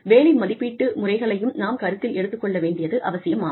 வேலை மதிப்பீட்டு முறைகளையும் நாம் கருத்தில் எடுத்துக் கொள்ள வேண்டியது அவசியமாகும்